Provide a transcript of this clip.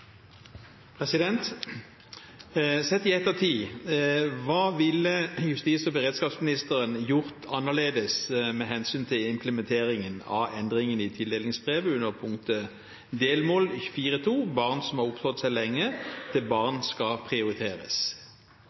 Sett i ettertid, hva ville justis- og beredskapsministeren gjort annerledes med hensyn til implementeringen av endringen i tildelingsbrevet under punktet delmål 4.2, at barn som har oppholdt seg lenge, er barn som skal prioriteres?